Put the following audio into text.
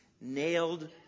Nailed